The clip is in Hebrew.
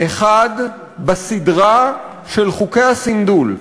אחד בסדרה של חוקי הסנדול,